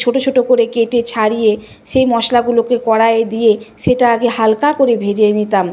ছোটো ছোটো করে কেটে ছাড়িয়ে সেই মশলাগুলোকে কড়াইয়ে দিয়ে সেটা আগে হালকা করে ভেজে নিতাম